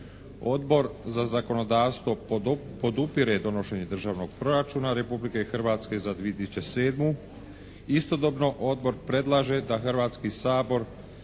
Odbor za zakonodavstvo podupire donošenje Državnog proračuna Republike Hrvatske za 2007. Istodobno Odbor predlaže da Hrvatski sabor